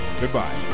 Goodbye